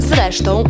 Zresztą